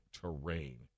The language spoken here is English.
terrain